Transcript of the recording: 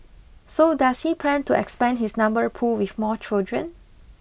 so does he plan to expand his number pool with more children